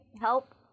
help